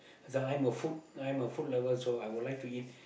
the I'm a food I'm a food lover so I would like to eat